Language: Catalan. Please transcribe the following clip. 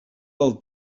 del